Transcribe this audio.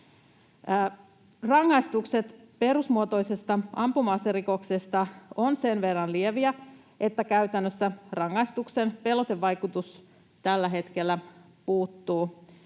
Rangaistukset perusmuotoisesta ampuma-aserikoksesta ovat sen verran lieviä, että käytännössä rangaistuksen pelotevaikutus tällä hetkellä puuttuu.